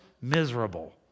miserable